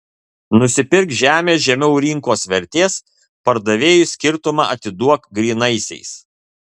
nusipirk žemės žemiau rinkos vertės pardavėjui skirtumą atiduok grynaisiais